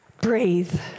Breathe